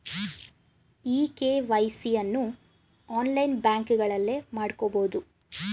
E KYC ಅನ್ನು online ಬ್ಯಾಂಕಿಂಗ್ನಲ್ಲೇ ಮಾಡ್ಕೋಬೋದು